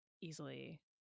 easily